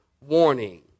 warning